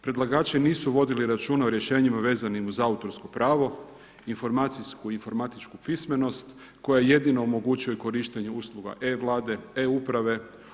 Predlagači nisu vodili računa o rješenjima vezanim uz autorsko pravo, informacijsku, informatičku pismenost koja jedino omogućuje korištenje usluga e-Vlade, e-uprave.